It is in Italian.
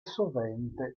sovente